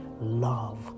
love